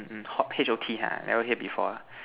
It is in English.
mm hot H_O_T ha never hear before